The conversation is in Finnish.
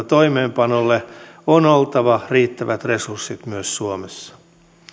toimeenpanolle on oltava riittävät resurssit myös suomessa